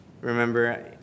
Remember